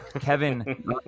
Kevin